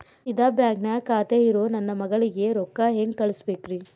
ಇದ ಬ್ಯಾಂಕ್ ನ್ಯಾಗ್ ಖಾತೆ ಇರೋ ನನ್ನ ಮಗಳಿಗೆ ರೊಕ್ಕ ಹೆಂಗ್ ಕಳಸಬೇಕ್ರಿ?